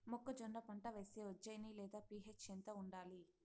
మొక్కజొన్న పంట వేస్తే ఉజ్జయని లేదా పి.హెచ్ ఎంత ఉండాలి?